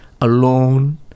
alone